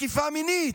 ותקיפה מינית.